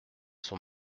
son